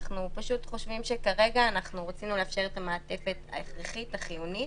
כרגע רצינו לאפשר את המעטפת ההכרחית החיונית